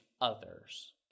others